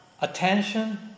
Attention